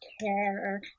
care